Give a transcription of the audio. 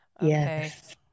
Yes